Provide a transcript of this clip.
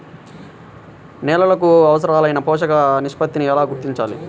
నేలలకు అవసరాలైన పోషక నిష్పత్తిని ఎలా గుర్తించాలి?